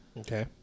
okay